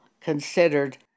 considered